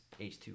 h2